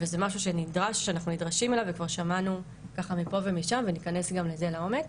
זה משהו שאנחנו נדרשים אליו וכבר שמענו מפה ושם וניכנס גם לזה לעומק.